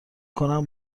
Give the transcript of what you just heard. کنم